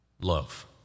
love